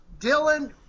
Dylan